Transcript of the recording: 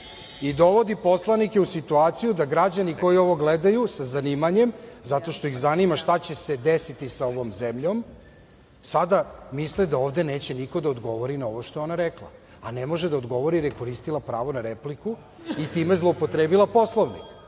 i dovodi poslanike u situaciju da građani koji ovo gledaju, sa zanimanjem, zato što ih zanima, šta će se desiti sa ovom zemljom, sada misle da ovde niko neće da odgovori na ovo što je ona rekla, ne može da odgovori jer je koristila pravo na repliku i time zloupotrebila Poslovnik. Mislim